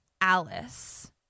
Alice